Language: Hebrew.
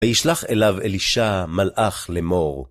וישלח אליו אלישע, מלאך לאמור.